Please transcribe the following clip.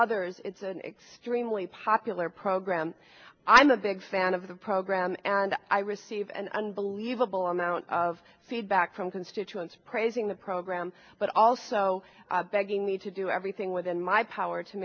others it's an extremely popular program i'm a big fan of the program and i receive an unbelievable amount of feedback from constituents praising the program but also begging me to do everything within my power to